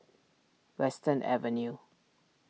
Western Avenue